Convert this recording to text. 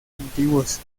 antiguos